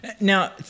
Now